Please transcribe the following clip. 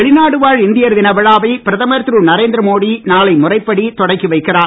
வெளிநாடு வாழ் இந்தியர் தினவிழாவை பிரதமர் திரு நரேந்திரமோடி நாளை முறைப்படி தொடக்கி வைக்கிறார்